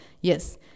Yes